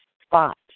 spot